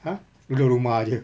!huh! duduk rumah jer